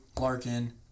Larkin